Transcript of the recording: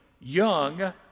young